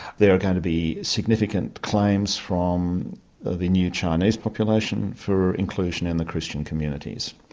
there are going to be significant claims from the new chinese population for inclusion in the christian communities.